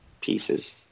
pieces